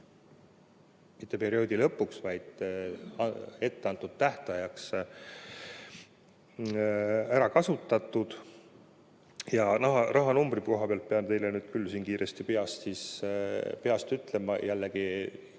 mitte perioodi lõpuks, vaid etteantud tähtajaks ära kasutatud. Rahanumbri koha pealt pean teile nüüd küll siin kiiresti peast ütlema. Jällegi